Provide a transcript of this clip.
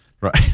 Right